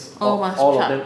all must chap~